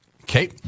Okay